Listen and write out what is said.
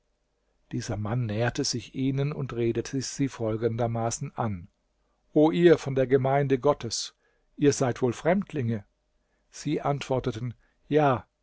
dieser mann näherte sich ihnen und redete sie folgendermaßen an o ihr von der gemeinde gottes ihr seid wohl fremdlinge sie antworteten ja